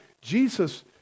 Jesus